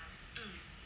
hmm